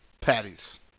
Patties